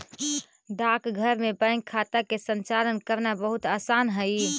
डाकघर में बैंक खाता के संचालन करना बहुत आसान हइ